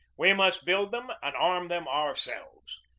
we must build them and arm them ourselves.